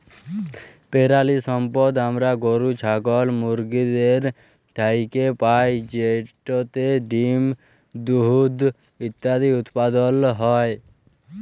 পেরালিসম্পদ আমরা গরু, ছাগল, মুরগিদের থ্যাইকে পাই যেটতে ডিম, দুহুদ ইত্যাদি উৎপাদল হ্যয়